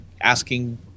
asking